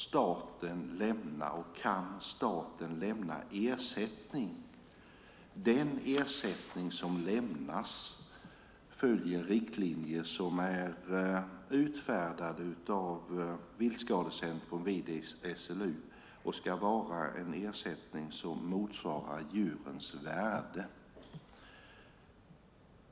Staten får och kan ge ersättning. Den ersättning som ges följer riktlinjer som är utfärdade av Viltskadecentrum vid SLU och ska motsvara djurens värde.